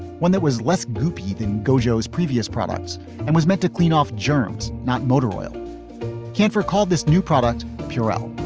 one that was less boop than gojo, as previous products and was meant to clean off germs, not motor oil kanfer called this new product pure out